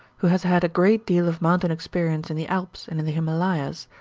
who has had a great deal of mountain experience in the alps and in the himalayas,